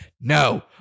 No